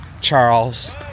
Charles